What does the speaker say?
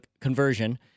conversion